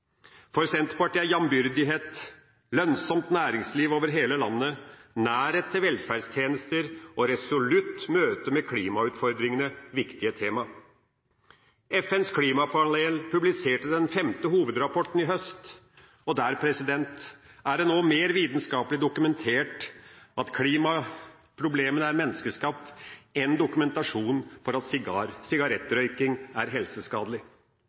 For Senterpartiet er jambyrdighet, lønnsomt næringsliv over hele landet, nærhet til velferdstjenester og resolutt møte med klimautfordringene viktige tema. FNs klimapanel publiserte den femte hovedrapporten i høst, og der er det nå mer vitenskapelig dokumentasjon på at klimaproblemene er menneskeskapt enn på at sigarettrøyking er helseskadelig.